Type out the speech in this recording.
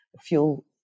fuel